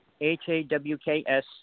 H-A-W-K-S